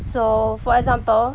so for example